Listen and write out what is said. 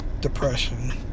depression